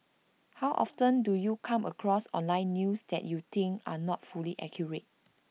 how often do you come across online news that you think are not fully accurate